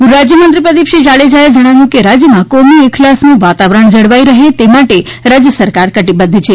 ગૃહરાજ્યમંત્રી પ્રદિપસિઠં જાડેજાએ જણાવ્યુ કે રાજ્યમાં કોમી એખલાસનું વાતાવરણ જળવાઇ રહે તે માટે રાજ્ય સરકાર કટીબધ્ધ છે